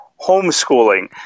homeschooling